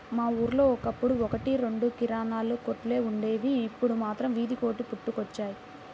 మా ఊళ్ళో ఒకప్పుడు ఒక్కటి రెండు కిరాణా కొట్లే వుండేవి, ఇప్పుడు మాత్రం వీధికొకటి పుట్టుకొచ్చాయి